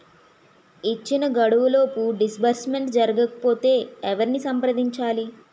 ఇచ్చిన గడువులోపు డిస్బర్స్మెంట్ జరగకపోతే ఎవరిని సంప్రదించాలి?